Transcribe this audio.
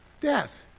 Death